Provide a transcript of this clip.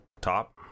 top